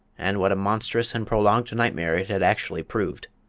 and what a monstrous and prolonged nightmare it had actually proved.